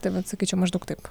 tai vat sakyčiau maždaug taip